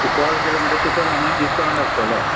call केले म्हणजे तुका आनीक डिसकावंट आसतलो